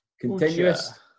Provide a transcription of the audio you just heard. continuous